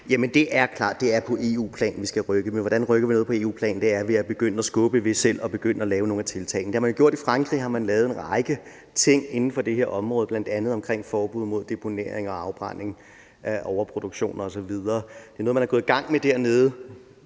Det er klart, at det er på EU-plan, vi skal rykke, men hvordan rykker vi noget på EU-plan? Det er ved selv at begynde at skubbe, ved selv at begynde at lave nogle af tiltagene. Det har man gjort i Frankrig, hvor man har lavet en række ting inden for det her område, bl.a. om forbud mod deponering og afbrænding, overproduktion osv. Det er noget, man er gået i gang med dernede.